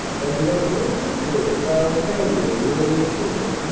hunting up a little picture of the child samuel kneeling in the temple,